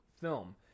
film